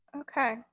Okay